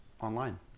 online